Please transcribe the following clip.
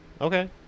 Okay